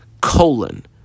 colon